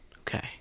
Okay